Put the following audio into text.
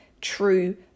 true